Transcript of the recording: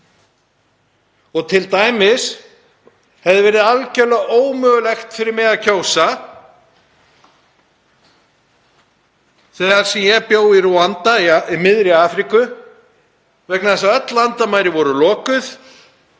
Til dæmis hefði verið algjörlega ómögulegt fyrir mig að kjósa þegar ég bjó í Rúanda í miðri Afríku vegna þess að öll landamæri voru lokuð